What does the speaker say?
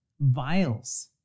vials